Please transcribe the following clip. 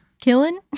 Killing